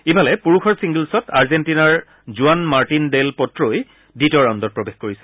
ইফালে পুৰুষৰ ছিংগলছত আৰ্জেণ্টিনাৰ জোৱান মাৰ্টিন দেল পট্ৰই দ্বিতীয় ৰাউণ্ডত প্ৰৱেশ কৰিছে